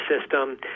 system